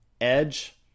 Edge